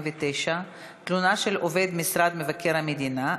49) (תלונה של עובד משרד מבקר המדינה),